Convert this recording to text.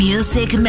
Music